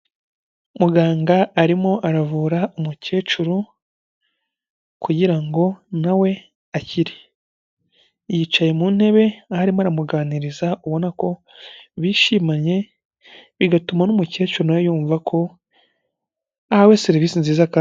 Muganga arimo aravura umukecuru kugira ngo na we akire. Yicaye mu ntebe aha arimo aramuganiriza ubona ko bishimanye, bigatuma n'umukecuru na we yumva ko ahawe serivisi nziza kandi.